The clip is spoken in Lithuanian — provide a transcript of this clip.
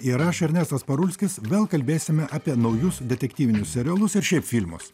ir aš ernestas parulskis vėl kalbėsime apie naujus detektyvinius serialus ir šiaip filmus